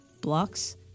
blocks